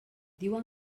diuen